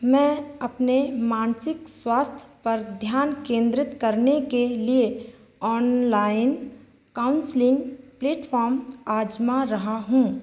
मैं अपने मानसिक स्वास्थ्य पर ध्यान केंद्रित करने के लिए ऑनलाइन काउंसलिंग प्लेटफ़ॉम आज़मा रहा हूँ